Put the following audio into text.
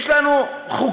יש לנו חוקה,